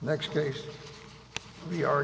next case we are